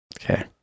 Okay